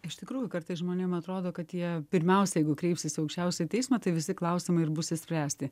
iš tikrųjų kartais žmonėm atrodo kad jie pirmiausia jeigu kreipsis į aukščiausiąjį teismą tai visi klausimai ir bus išspręsti